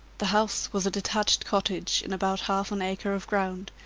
the house was a detached cottage in about half an acre of ground,